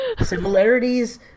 similarities